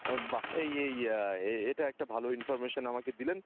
ও বাহ এই এই এ এটা একটা ভালো ইনফরমেশন আমাকে দিলেন